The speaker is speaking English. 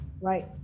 right